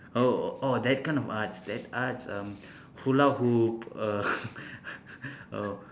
oh oh that kind of arts that arts um hula hoop err err